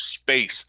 space